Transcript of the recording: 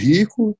Rico